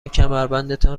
کمربندتان